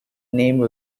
name